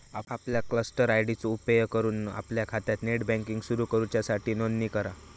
आपल्या cluster ID चो उपेग हय करून आपल्या खात्यात नेट बँकिंग सुरू करूच्यासाठी नोंदणी करा